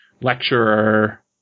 lecturer